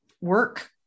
work